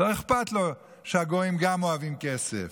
לא אכפת לו שגם הגויים אוהבים כסף,